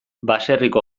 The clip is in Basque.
baserriko